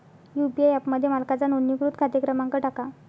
UPI ॲपमध्ये मालकाचा नोंदणीकृत खाते क्रमांक टाका